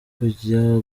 kujya